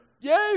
Yay